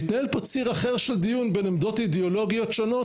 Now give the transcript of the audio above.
והתנהל פה ציר אחר של דיון בין עמדות אידיאולוגיות שונות